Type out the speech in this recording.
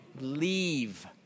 Leave